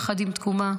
יחד עם תקומה.